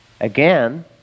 Again